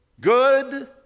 Good